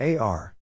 AR